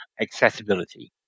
accessibility